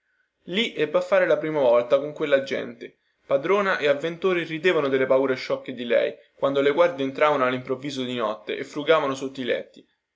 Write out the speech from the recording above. lì ebbe a fare la prima volta con quella gente padrona e avventori ridevano delle paure sciocche di lei quando le guardie entravano allimprovviso di notte e frugavano sotto i letti